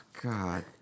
god